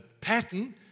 pattern